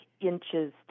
inches